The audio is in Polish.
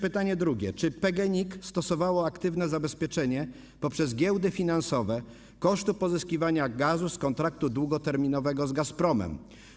Pytanie drugie: Czy PGNiG stosowało aktywne zabezpieczenie, poprzez giełdy finansowe, kosztu pozyskiwania gazu z kontraktu długoterminowego z Gazpromem?